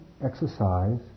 exercise